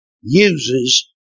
uses